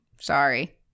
Sorry